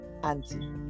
auntie